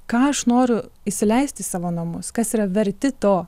ką aš noriu įsileisti į savo namus kas yra verti to